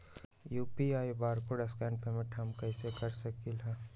UPI barcode scan payment हम कईसे कर सकली ह?